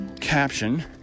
caption